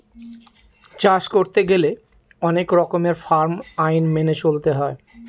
চাষ করতে গেলে অনেক রকমের ফার্ম আইন মেনে চলতে হয়